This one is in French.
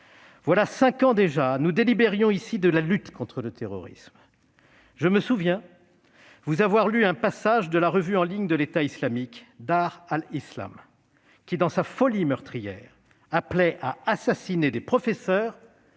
Voilà cinq ans déjà, nous délibérions ici même de la lutte contre le terrorisme ; je me souviens vous avoir lu un passage de la revue en ligne de l'État islamique, Dar al-Islam, qui, dans sa folie meurtrière, appelait à assassiner des professeurs